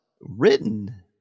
written